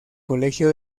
colegio